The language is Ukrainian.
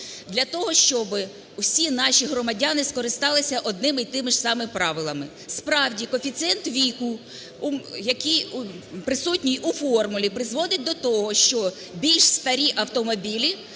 для того щоб всі наші громадяни скористались одними й тими ж саме правилами. Справді, коефіцієнт віку, який присутній у формулі, призводить до того, що більш старі автомобілі